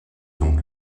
donc